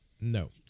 No